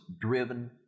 driven